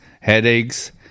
headaches